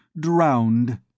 Drowned